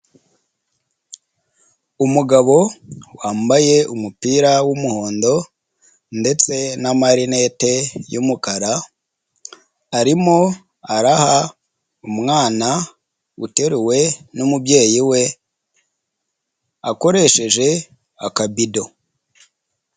Umugabo wambaye umupira w'umuhondo ndetse n'amarinete y'umukara arimo araha umwana uteruwe n'umubyeyi we akoresheje akabido.